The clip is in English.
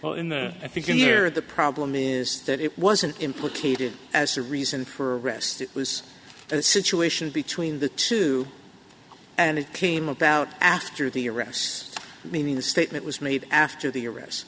it the problem is that it wasn't implicated as a reason for rest it was a situation between the two and it came about after the arrests meaning the statement was made after the arrest